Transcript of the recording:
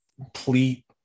Complete